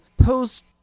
post